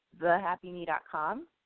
thehappyme.com